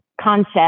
concept